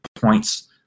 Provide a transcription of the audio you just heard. points